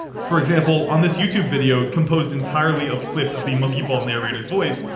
for example, on this youtube video composed entirely of clips of the monkey ball narrator voice,